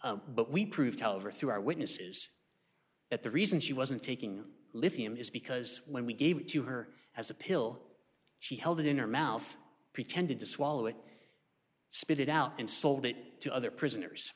but we proved however through our witnesses at the reason she wasn't taking lithium is because when we gave it to her as a pill she held it in her mouth pretended to swallow it spit it out and sold it to other prisoners